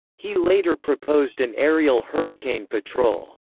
he later proposed an aerial hurricane patrol.